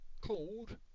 called